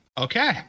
Okay